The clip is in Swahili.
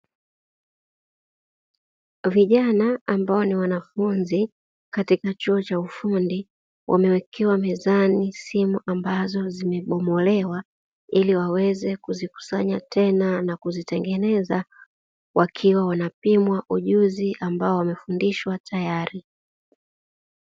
Vijana ambao ni wanafunzi katika chuo cha ufundi wamewekewa mezani simu ambazo zimebomolewa, ili waweze kuzikusanya tena na kuzitengeneza wakiwa wanapimwa ujuzi ambao wamefundishwa tayari.